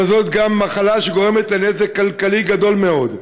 אבל זאת גם מחלה שגורמת נזק כלכלי גדול מאוד.